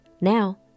Now